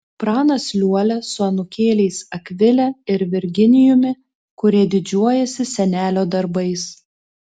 pranas liuolia su anūkėliais akvile ir virginijumi kurie didžiuojasi senelio darbais